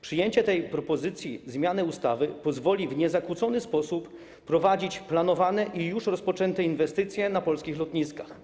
Przyjęcie tej propozycji zmiany ustawy pozwoli w niezakłócony sposób prowadzić planowane i już rozpoczęte inwestycje na polskich lotniskach.